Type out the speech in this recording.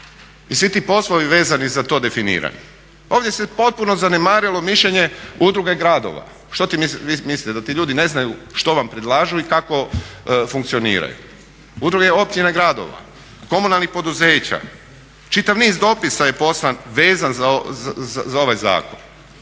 i svi ti poslovi vezani za to definiranje. Ovdje se potpuno zanemarilo mišljenje Udruge gradova. Što vi mislite da ti ljudi ne znaju što vam predlažu i kako funkcioniraju? Udruge općina i gradova, komunalnih poduzeća. Čitav niz dopisa je poslan vezan za ovaj zakon.